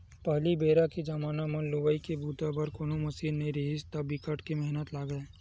पहिली बेरा के जमाना म लुवई के बूता बर कोनो मसीन नइ रिहिस हे त बिकट मेहनत लागय